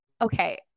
okay